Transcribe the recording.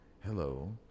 Hello